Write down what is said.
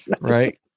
Right